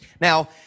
Now